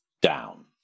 down